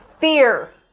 fear